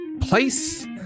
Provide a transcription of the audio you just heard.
Place